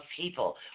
people